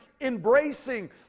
embracing